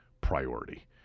priority